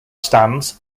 stands